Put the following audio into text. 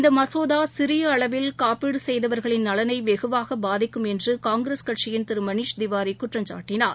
இந்த மசோதா சிறிய அளவில் காப்பீடு செய்தவர்களின் நலனை வெகுவாக பாதிக்கும் என்று காங்கிரஸ் கட்சியின் திரு மணீஷ் திவாரி குற்றம்சாட்டினார்